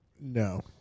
No